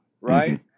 right